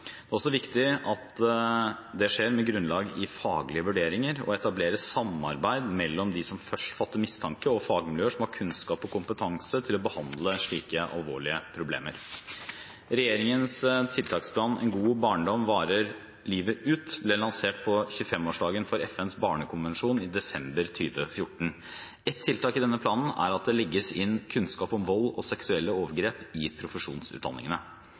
Det er også viktig at det skjer med grunnlag i faglige vurderinger, og at man etablerer samarbeid mellom de som først fatter mistanke, og fagmiljøer som har kunnskap og kompetanse til å behandle slike alvorlige problemer. Regjeringens tiltaksplan «En god barndom varer livet ut» ble lansert på 25-årsdagen for FNs barnekonvensjon i desember 2014. Et tiltak i denne planen er at det legges inn kunnskap om vold og seksuelle overgrep i profesjonsutdanningene.